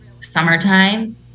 summertime